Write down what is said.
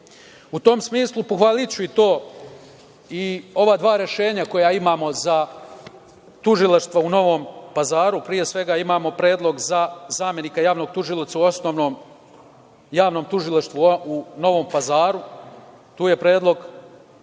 tom smislu pohvaliću i to i ova dva rešenja koja imamo za tužilaštva u Novom Pazaru. Pre svega, imamo predlog za zamenika javnog tužioca u Osnovnom javnom tužilaštvu u Novom Pazaru. Tu je predlog